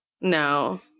No